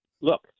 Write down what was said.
Look